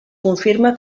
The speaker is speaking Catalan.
confirma